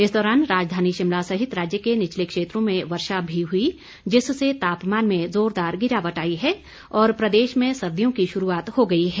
इस दौरान राजधानी शिमला सहित राज्य के निचले क्षेत्रों में वर्षा भी हुई जिससे तापमान में जोरदार गिरावट आई है और प्रदेश में सर्दियों की शुरूआत हो गई है